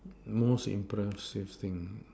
most impressive thing